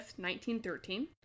1913